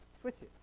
switches